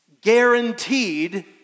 guaranteed